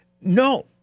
No